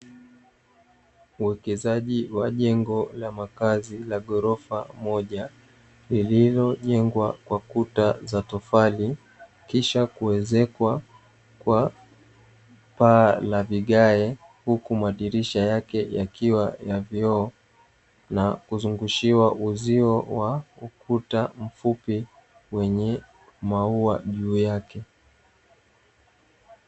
Uwekezaji wa jengo la makazi la ghorofa moja lililojengwa kwa kuta za tofali, kisha kuwezekwa kwa paa la vigae, huku madirisha yake yakiwa ya vioo, na kuzungushiwa uzio wa ukuta mfupi wenye maua juu yake.